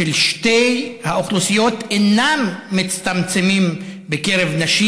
בין שתי האוכלוסיות אינם מצטמצמים בקרב נשים,